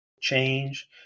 change